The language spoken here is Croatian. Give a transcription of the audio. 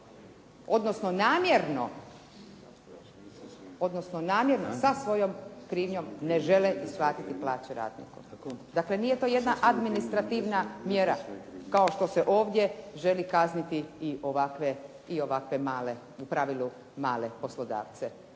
odnosno namjerno, sa svojom krivnjom, ne žele isplatiti plaće radnika. Dakle, nije to jedna administrativna mjera kao što se ovdje želi kazniti i ovakve male, u pravilu